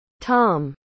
Tom